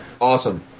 Awesome